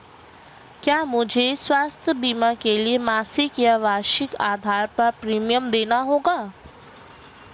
क्या मुझे स्वास्थ्य बीमा के लिए मासिक या वार्षिक आधार पर प्रीमियम देना होगा?